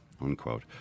unquote